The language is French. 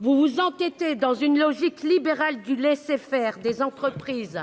Vous vous entêtez dans la logique libérale du laisser-faire au bénéfice des entreprises